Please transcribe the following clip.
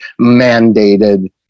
mandated